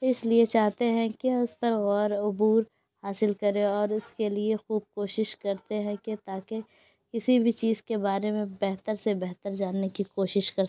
اس لیے چاہتے ہیں کہ اس پر غور عبور حاصل کریں اور اس کے لیے خوب کوشش کرتے ہیں کہ تاکہ کسی بھی چیز کے بارے میں بہتر سے بہتر جاننے کی کوشش کر